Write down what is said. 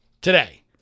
today